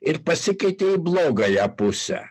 ir pasikeitė į blogąją pusę